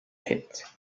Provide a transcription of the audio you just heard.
pit